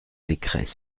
décrets